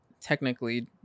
technically